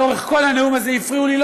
לאורך כל הנאום הזה הפריעו לי,